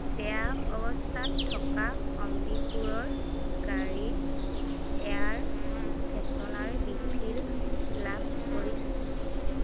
বেয়া অৱস্থাত থকা অম্বিপুৰৰ গাড়ী এয়াৰ ফ্ৰেছনাৰ ৰিফিল লাভ কৰিছোঁ